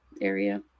area